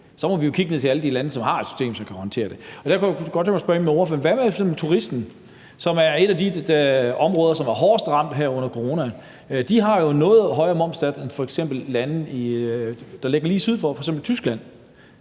Så må vi jo kigge ned til alle de lande, der har et system, som kan håndtere det. Derfor kunne jeg godt tænke mig at spørge ordføreren omkring turismen, som er et af de områder, som er hårdest ramt her under corona. Vi har jo en noget højere momssats end f.eks. lande, der ligger lige sydfor, f.eks. Tyskland.